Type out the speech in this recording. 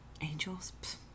Angels